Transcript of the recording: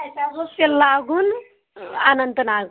اَسہِ حظ اوس تِلہ لاگُن اننت ناگ